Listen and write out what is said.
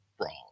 wrong